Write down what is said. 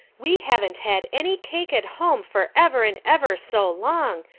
we haven't had any cake at home for ever'n ever so long,